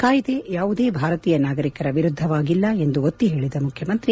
ಕಾಯ್ದೆ ಯಾವುದೇ ಭಾರತೀಯ ನಾಗರಿಕರ ವಿರುದ್ಧವಾಗಿಲ್ಲ ಎಂದು ಒತ್ತಿ ಹೇಳದ ಮುಖ್ಯಮಂತ್ರಿ